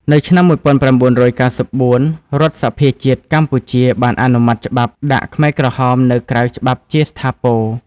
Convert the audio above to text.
នៅឆ្នាំ១៩៩៤ រដ្ឋសភាជាតិកម្ពុជាបានអនុម័តច្បាប់ដាក់ខ្មែរក្រហមនៅក្រៅច្បាប់ជាស្ថាពរ។